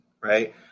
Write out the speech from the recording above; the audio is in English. right